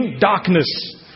darkness